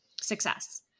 Success